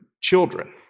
children